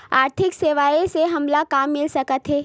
आर्थिक सेवाएं से हमन ला का मिल सकत हे?